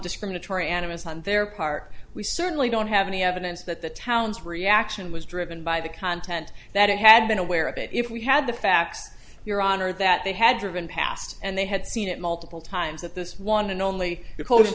discriminatory animus on their part we certainly don't have any evidence that the town's reaction was driven by the content that it had been aware of if we had the facts your honor that they had driven past and they had seen it multiple times at this one and only